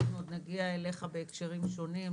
אנחנו עוד נגיע אליך בהקשרים שונים,